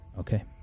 Okay